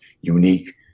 unique